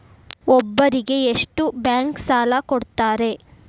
ಒಬ್ಬರಿಗೆ ಎಷ್ಟು ಬ್ಯಾಂಕ್ ಸಾಲ ಕೊಡ್ತಾರೆ?